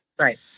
Right